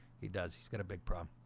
he does. he's got a big problem